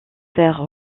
faire